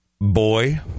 boy